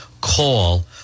call